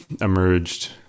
emerged